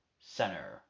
Center